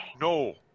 No